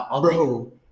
Bro